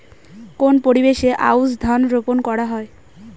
কোন পরিবেশে আউশ ধান রোপন করা হয়?